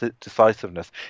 decisiveness